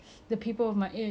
everything so lightly